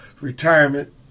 retirement